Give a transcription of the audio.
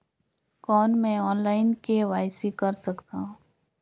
कौन मैं online KYC कर सकथव?